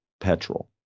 petrol